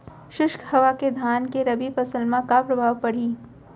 शुष्क हवा के धान के रबि फसल मा का प्रभाव पड़ही?